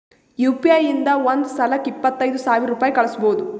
you P I ಇಂದ ಒಂದ್ ಸಲಕ್ಕ ಇಪ್ಪತ್ತೈದು ಸಾವಿರ ರುಪಾಯಿ ಕಳುಸ್ಬೋದು